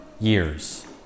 years